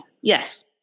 yes